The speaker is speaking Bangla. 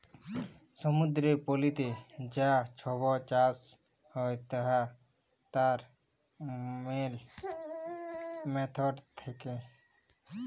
সমুদ্দুরের পলিতে যা ছব চাষ হ্যয় তার ম্যালা ম্যাথড থ্যাকে